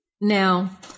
Now